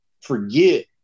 forget